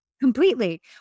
Completely